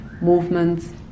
movements